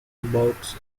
bouts